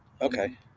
Okay